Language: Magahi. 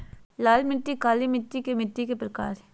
लाल मिट्टी, काली मिट्टी मिट्टी के प्रकार हय